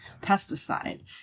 pesticide